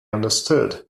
understood